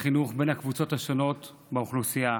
בחינוך בין הקבוצות השונות באוכלוסייה.